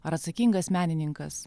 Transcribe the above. ar atsakingas menininkas